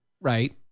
right